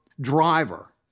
driver